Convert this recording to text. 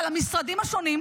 על המשרדים השונים,